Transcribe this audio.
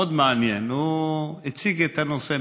מאוד מעניין, הוא הציג את הנושא.